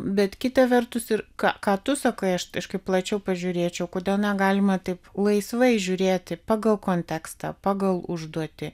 bet kita vertus ir ką ką tu sakai aš kažkaip plačiau pažiūrėčiau kodėl negalima taip laisvai žiūrėti pagal kontekstą pagal užduotį